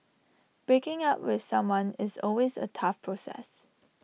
breaking up with someone is always A tough process